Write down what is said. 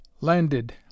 landed